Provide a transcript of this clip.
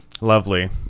lovely